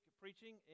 preaching